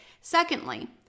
secondly